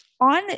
on